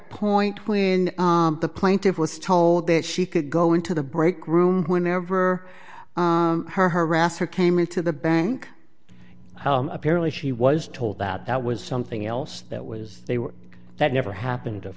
point when the plaintiff was told that she could go into the break room whenever her harasser came into the bank apparently she was told that that was something else that was they were that never happened of